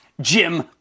Jim